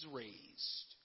raised